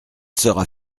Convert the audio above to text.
sera